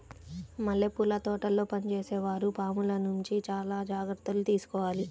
మల్లెపూల తోటల్లో పనిచేసే వారు పాముల నుంచి చాలా జాగ్రత్తలు తీసుకోవాలి